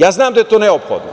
Ja znam da je to neophodno